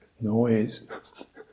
noise